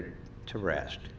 it to rest